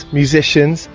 musicians